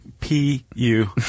P-U